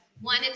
One